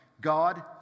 God